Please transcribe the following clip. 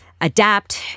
adapt